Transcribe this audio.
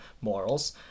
morals